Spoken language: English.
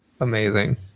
Amazing